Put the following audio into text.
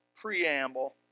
preamble